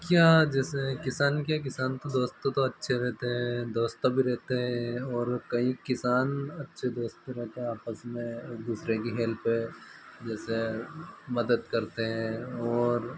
क्या जैसे किसान के किसान तो दोस्तों तो अच्छे रहते है दोस्तों भी रहते हैं ओर कई किसान अच्छे दोस्त रहते हैं आपस में एक दूसरे की हेल्प जैसे मदद करते हैं और